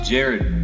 Jared